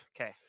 Okay